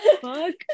fuck